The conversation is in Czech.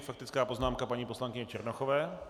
Faktická poznámka paní poslankyně Černochové.